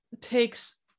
takes